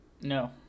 No